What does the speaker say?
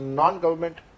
non-government